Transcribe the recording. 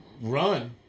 Run